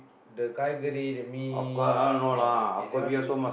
the the mee oh okay that one is